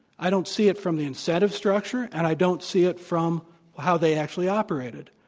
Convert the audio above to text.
i don't see it from the incentive structure, and i don't see it from how they actually operated.